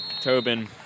Tobin